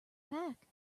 pack